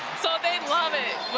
so they love it,